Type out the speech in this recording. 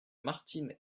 martine